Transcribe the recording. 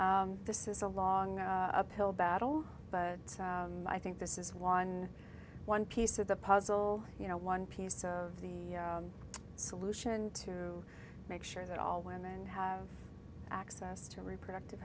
is is a long uphill battle but i think this is one one piece of the puzzle you know one piece of the solution to make sure that all women have access to reproductive